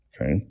Okay